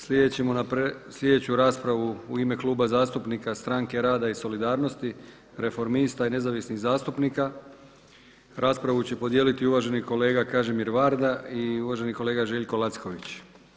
Slijedeću raspravu u ime Kluba zastupnika Stranke rada i solidarnosti, Reformista i Nezavisnih zastupnika, raspravu će podijeliti uvaženi kolega Kažimir Varda i uvaženi kolega Željko Lacković.